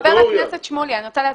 חבר הכנסת שמולי, אני רוצה להסביר.